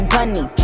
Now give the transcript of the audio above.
Bunny